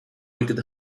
wicket